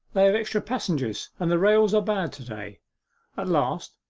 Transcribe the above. they have extra passengers, and the rails are bad to-day at last,